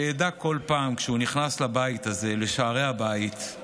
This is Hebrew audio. שידע בכל פעם שהוא נכנס לבית הזה, לשערי הבית,